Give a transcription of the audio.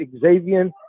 Xavier